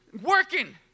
working